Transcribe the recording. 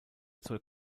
zur